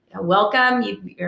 welcome